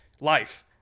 life